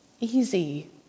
easy